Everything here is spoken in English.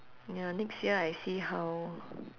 ya next year I see how